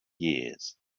years